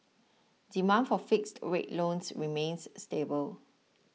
demand for fixed rate loans remains stable